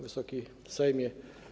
Wysoki Sejmie!